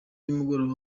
y’umugoroba